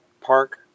park